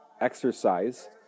exercise